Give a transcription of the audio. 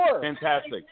fantastic